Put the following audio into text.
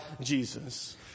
Jesus